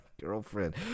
girlfriend